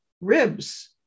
Ribs